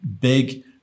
big